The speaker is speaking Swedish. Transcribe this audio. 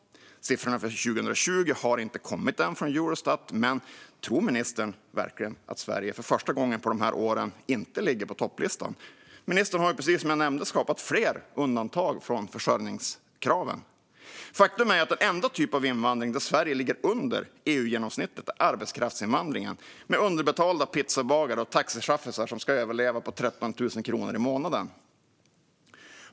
Siffrorna för 2020 har ännu inte kommit från Eurostat, men tror ministern verkligen att Sverige för första gången på de här åren inte ligger på topplistan? Ministern har ju, precis som jag nämnde, skapat fler undantag från försörjningskraven. Faktum är att den enda typ av invandring där Sverige ligger under EU-genomsnittet är arbetskraftsinvandringen, med underbetalda pizzabagare och taxichaffisar som ska överleva på 13 000 kronor i månaden.